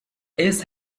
its